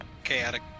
Chaotic